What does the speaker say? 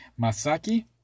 Masaki